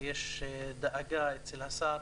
ויש דאגה אצל השר